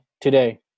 today